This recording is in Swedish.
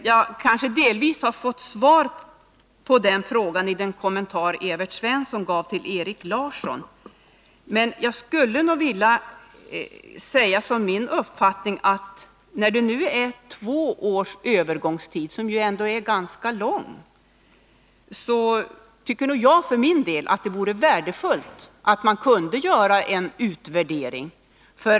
Jag kanske delvis har fått svar på den frågan i den kommentar Evert Svensson gjorde till Erik Larssons anförande, men när det nu är två års övergångstid, vilket ju ändå är ganska långt, tycker nog jag för min del att det vore värdefullt att man kunde göra en utvärdering.